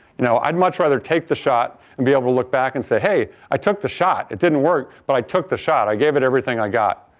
you know i'd much rather take the shot and be able to look back and say, hey, i took the shot, it didn't work, but i took the shot, i gave it everything i got.